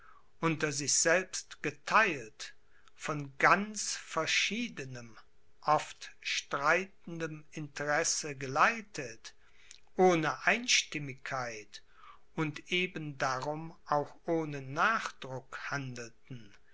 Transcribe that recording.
unter sich selbst getheilt von ganz verschiedenem oft streitendem interesse geleitet ohne einstimmigkeit und eben darum auch ohne nachdruck handelten